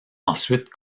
ensuite